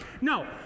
No